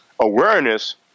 awareness